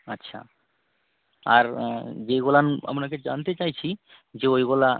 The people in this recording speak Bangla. আচ্ছা আর যেইগুলো আপনাকে জানতে চাইছি যে ওইগুলো